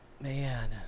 Man